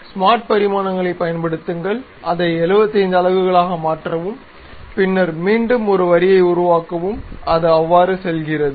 smart பரிமாணங்களைப் பயன்படுத்துங்கள் அதை 75 அலகுகளாக மாற்றவும் பின்னர் மீண்டும் ஒரு வரியை உருவாக்கவும் அது அவ்வாறு செல்கிறது